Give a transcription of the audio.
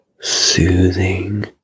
soothing